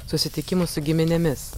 susitikimų su giminėmis